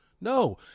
No